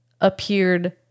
appeared